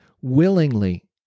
Willingly